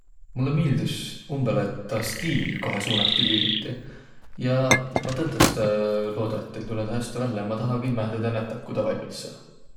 Mullõ miildüs umbõlõ taa stiil, kohe suunat ti liigutiq ja ma tõtõstõ looda, et teil tulõ taa häste vällä, ja ma taha kimmähe tedä nätäq, ku taa valmis saa.